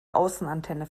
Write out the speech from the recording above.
außenantenne